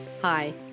Hi